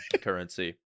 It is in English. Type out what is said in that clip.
currency